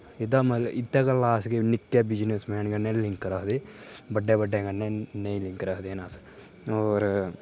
एह्दा मतलब इत्तै गल्ला अस कि निक्के बिजनिसमैन कन्नै लिंक रखदे बड्डे बड्डे कन्नै नेईं नेईं लिंक रखदे न अस होर